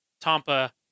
Tampa